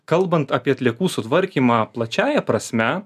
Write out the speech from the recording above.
kalbant apie atliekų sutvarkymą plačiąja prasme